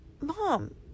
Mom